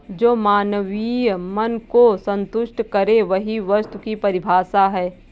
जो मानवीय मन को सन्तुष्ट करे वही वस्तु की परिभाषा है